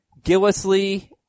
Gillisley